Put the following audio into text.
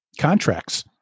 contracts